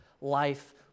life